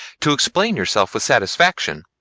to explain yourself with satisfaction.